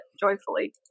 joyfully